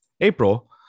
april